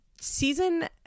season